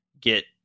get